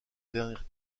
dernière